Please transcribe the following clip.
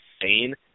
insane